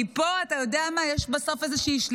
כי פה, אתה יודע מה, יש בסוף איזה שליטה.